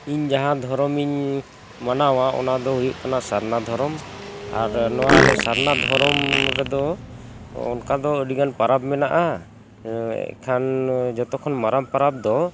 ᱤᱧ ᱡᱟᱦᱟᱸ ᱫᱷᱚᱨᱚᱢᱤᱧ ᱢᱟᱱᱟᱣᱟ ᱚᱱᱟ ᱫᱚ ᱦᱩᱭᱩᱜ ᱠᱟᱱᱟ ᱥᱟᱨᱱᱟ ᱫᱷᱚᱨᱚᱢ ᱟᱨ ᱱᱚᱣᱟ ᱟᱞᱮ ᱥᱟᱨᱱᱟ ᱫᱷᱚᱨᱚᱢ ᱨᱮᱫᱚ ᱚᱱᱠᱟ ᱫᱚ ᱟᱹᱰᱤ ᱜᱟᱱ ᱯᱚᱨᱚᱵᱽ ᱢᱮᱱᱟᱜᱼᱟ ᱮᱱᱠᱷᱟᱱ ᱡᱷᱚᱛᱚ ᱠᱷᱚᱱ ᱢᱟᱨᱟᱝ ᱯᱚᱨᱚᱵᱽ ᱫᱚ